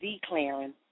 declaring